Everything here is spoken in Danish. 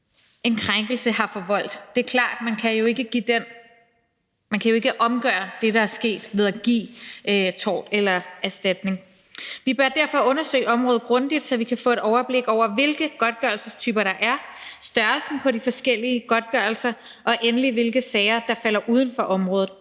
en krænkelse har forvoldt. Det er klart, at man jo ikke kan omgøre det, der er sket, ved at give en tortgodtgørelse eller en erstatning. Men vi bør derfor undersøge området grundigt, så vi kan få et overblik over, hvilke godtgørelsestyper der er, størrelsen på de forskellige godtgørelser, og endelig hvilke sager der falder uden for området.